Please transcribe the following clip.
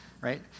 right